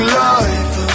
life